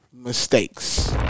Mistakes